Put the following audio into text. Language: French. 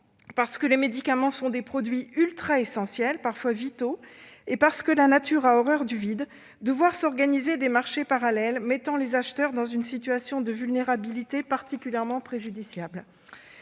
parce que les médicaments sont des produits « ultra-essentiels », parfois vitaux, et parce que la nature a horreur du vide, de voir s'organiser des marchés parallèles plaçant les acheteurs dans une situation de vulnérabilité particulièrement préjudiciable.